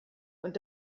und